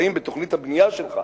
האם בתוכנית הבנייה שלך,